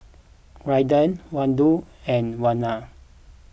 Raiden Waldo and Werner